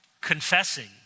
confessing